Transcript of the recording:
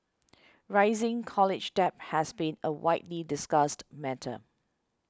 rising college debt has been a widely discussed matter